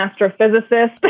astrophysicist